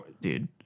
dude